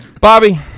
Bobby